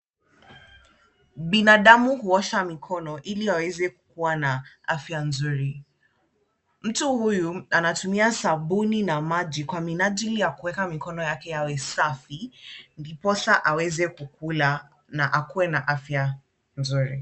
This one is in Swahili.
Binadamu huosha mikono ili waweze kukuwa na afya nzuri. Mtu huyu anatumia sabuni na maji kwa minajili ya kuweka mikono yake yawe safi, ndiposa aweze kukula na akuwe na afya nzuri.